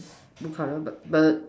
blue color but but